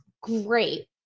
great